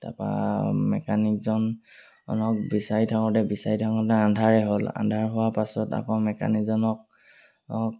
তাৰপৰা মেকানিকজনক বিচাৰি থাকোঁতে বিচাৰি থাকোঁতে আন্ধাৰে হ'ল আন্ধাৰ হোৱা পাছত আকৌ মেকানিকজনক